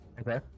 Okay